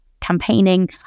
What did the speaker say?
campaigning